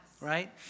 right